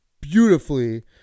beautifully